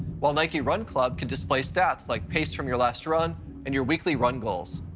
while nike run club can display stats like pace from your last run and your weekly run goals.